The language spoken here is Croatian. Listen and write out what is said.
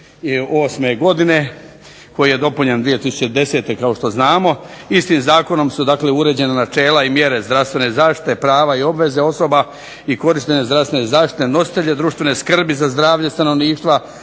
2008. godine koji je dopunjen 2010. kao što znamo. Istim zakonom su uređena načela i mjere zdravstvene zaštite, prava i obveze osoba i korištenja zdravstvene zaštite, nositelja društvene skrbi za zdravlje stanovništva,